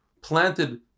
planted